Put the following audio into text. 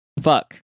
Fuck